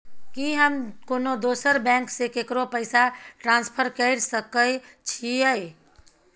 की हम कोनो दोसर बैंक से केकरो पैसा ट्रांसफर कैर सकय छियै?